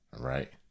Right